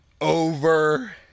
over